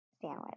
sandwich